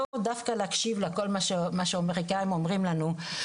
לאו דווקא להקשיב לכל מה שהאמריקאים אומרים לנו.